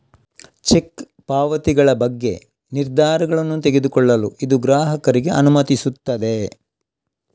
check ಪಾವತಿಗಳ ಬಗ್ಗೆ ನಿರ್ಧಾರಗಳನ್ನು ತೆಗೆದುಕೊಳ್ಳಲು ಇದು ಗ್ರಾಹಕರಿಗೆ ಅನುಮತಿಸುತ್ತದೆ